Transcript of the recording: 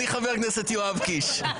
אני חבר הכנסת יואב קיש.